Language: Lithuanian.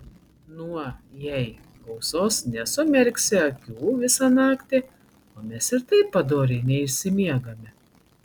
nuo jei gausos nesumerksi akių visą naktį o mes ir taip padoriai neišsimiegame